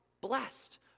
blessed